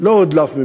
מה היה להדליף?